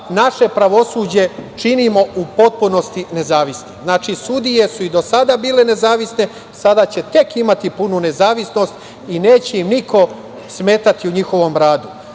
naše pravosuđe činimo u potpunosti nezavisnim. Znači, sudije su i do sada bile nezavisne, sada će tek imati punu nezavisnost i neće im niko smetati u njihovom radu,